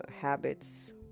habits